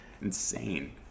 Insane